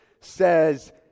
says